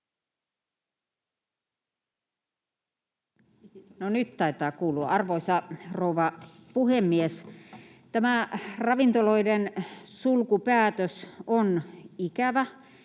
Arvoisa rouva puhemies! Tämä ravintoloiden sulkupäätös on ikävä